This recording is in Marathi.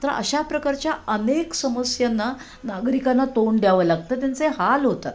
तर अशा प्रकारच्या अनेक समस्यांना नागरिकांना तोंड द्यावं लागतं त्यांचे हाल होतात